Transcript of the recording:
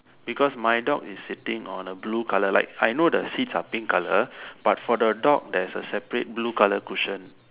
because my dog is sitting on a blue color like I know the seats are pink color but for the dog there's a separate blue color cushion